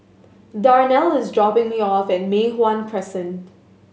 Darnell is dropping me off at Mei Hwan Crescent